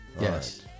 Yes